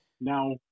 Now